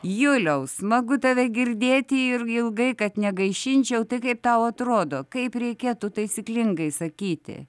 juliau smagu tave girdėti ir ilgai kad negaišinčiau tai kaip tau atrodo kaip reikėtų taisyklingai sakyti